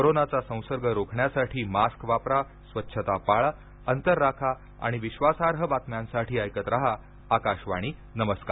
कोरोनाचा संसर्ग रोखण्यासाठी मास्क वापरा स्वच्छता पाळा अंतर राखा आणि विश्वासार्ह बातम्यांसाठी ऐकत रहा आकाशवाणी नमस्कार